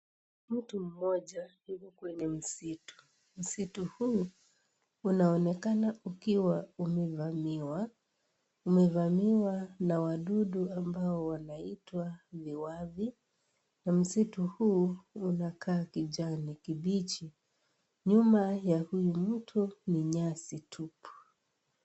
Mtu mmoja yuko kwenye msitu, msitu huu unaonekana ukiwa umevamiwa na wadudu ambao wanaitwa viwavi na msitu huu kunakaa kijani kibichi nyuma ya huu mto ni nyasi tupu